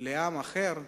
לעם אחר,